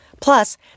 Plus